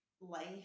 life